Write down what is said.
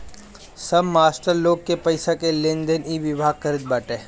सब मास्टर लोग के पईसा के लेनदेन इ विभाग करत बाटे